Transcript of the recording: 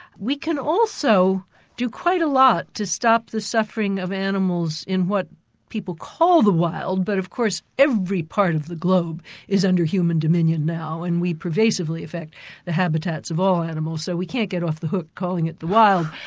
we can also do quite a lot to stop the suffering of animals in what people call the wild, but of course every part of the globe is under human dominion now, and we pervasively affect the habitats of all animals, so we can't get off the hook calling it the wild.